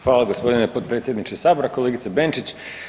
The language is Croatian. Hvala gospodine potpredsjedniče Sabora, kolegice Benčić.